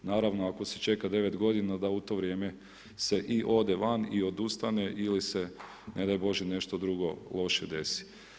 Naravno ako se čeka 9 godina da u to vrijeme se i ode van i odustane ili se ne daj Bože nešto drugo loše desi.